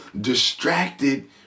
distracted